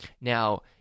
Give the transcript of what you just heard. now